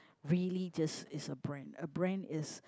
really just is a brand a brand is